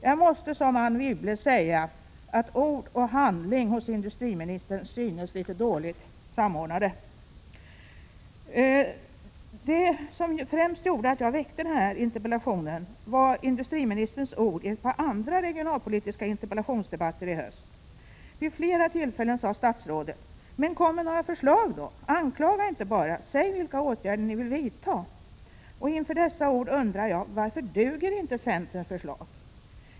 Jag måste som Anne Wibble säga, att ord och handling hos industriministern synes litet dåligt samordnade. Vad som främst gjorde att jag framställde den här interpellationen var industriministerns ord i ett par andra regionalpolitiska interpellationsdebatter i höst. Vid flera tillfällen sade statsrådet: Men kom med några förslag då! Anklaga inte bara, säg vilka åtgärder ni vill vidta! Inför dessa ord undrar jag: Varför duger inte centerns förslag?